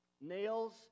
nails